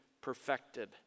perfected